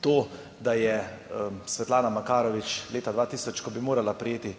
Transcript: to, da je Svetlana Makarovič leta 2000, ko bi morala prejeti